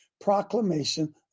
proclamation